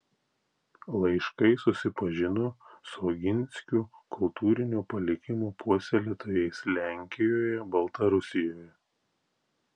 laiškais susipažino su oginskių kultūrinio palikimo puoselėtojais lenkijoje baltarusijoje